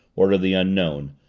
ordered the unknown,